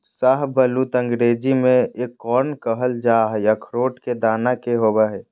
शाहबलूत अंग्रेजी में एकोर्न कहल जा हई, अखरोट के दाना के होव हई